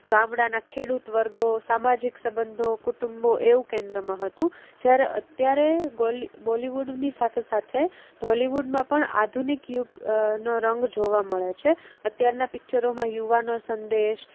ગામડાના ખેડૂત વર્ગો સામાજિક સબંધો કુટુંબો એવું કેન્દ્રમાં હતું જ્યારે બોલિવૂડની સાથે સાથે ઢોલિવૂડમાં પણ આધુનિક યુગ નો રંગ જોવા મળે છે અત્યારના પિચરોમાં યુવાનો સંદેશ